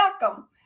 welcome